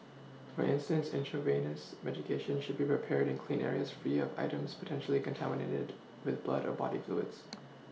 for instance intravenous medications should be prepared in clean areas free of items potentially contaminated with blood or body fluids